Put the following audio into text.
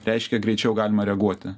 reiškia greičiau galima reaguoti